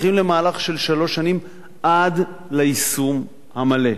הולכים למהלך של שלוש שנים עד ליישום המלא.